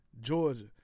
Georgia